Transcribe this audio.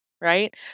right